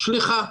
סליחה,